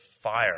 fire